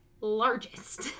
largest